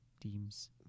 Deems